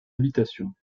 habitations